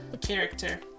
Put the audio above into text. character